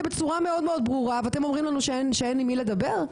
בצורה מאוד ברורה ואתם אומרים לנו שאין עם מי לדבר?